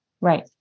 Right